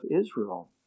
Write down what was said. Israel